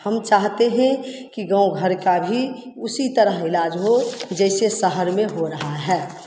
हम चाहते हें कि गाँव घर का भी उसी तरह इलाज हो जैसे शहर में हो रहा है